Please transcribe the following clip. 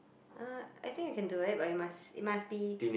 uh I think I can do it but it must it must be